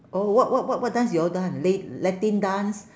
oh what what what what dance you all dance la~ latin dance